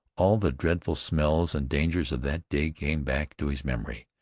all the dreadful smells and dangers of that day came back to his memory,